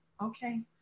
okay